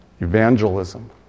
evangelism